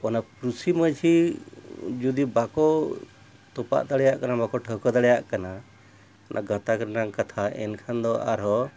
ᱚᱱᱟ ᱯᱩᱬᱥᱤ ᱢᱟᱺᱡᱷᱤ ᱡᱩᱫᱤ ᱵᱟᱠᱚ ᱛᱚᱯᱟᱜ ᱫᱟᱲᱮᱭᱟᱜ ᱠᱟᱱᱟ ᱵᱟᱠᱚ ᱴᱷᱟᱹᱣᱠᱟᱹ ᱫᱟᱲᱮᱭᱟᱜ ᱠᱟᱱᱟ ᱚᱱᱟ ᱜᱟᱛᱟᱠ ᱨᱮᱱᱟᱜ ᱠᱟᱛᱷᱟ ᱮᱱᱠᱷᱟᱱ ᱫᱚ ᱟᱨᱦᱚᱸ